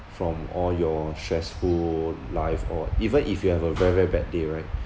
from all your stressful life or even if you have a very very bad day right